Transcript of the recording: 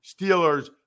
Steelers